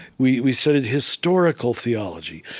we we studied historical theology,